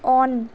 on